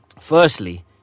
firstly